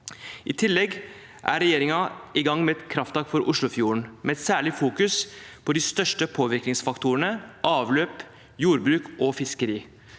I tillegg er regjeringen i gang med et krafttak for Oslofjorden, med særlig fokusering på de største påvirkningsfaktorene, avløp, jordbruk og fiskeri.